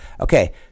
okay